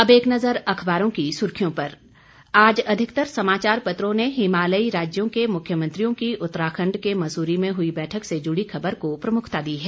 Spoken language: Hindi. अब एक नजर अखबारों की सुर्खियों पर आज अधिकतर समाचार पत्रों ने हिमालयी राज्यों के मुख्यमंत्रियों की उत्तराखंड के मसूरी में हई बैठक से जुड़ी खबर को प्रमुखता दी है